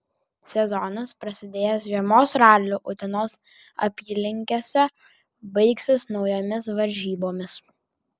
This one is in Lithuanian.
sezonas prasidėjęs žiemos raliu utenos apylinkėse baigsis naujomis varžybomis